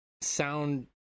sound